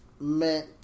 meant